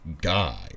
guy